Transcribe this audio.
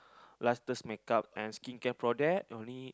lastest make up and skin care product only